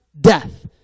death